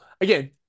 Again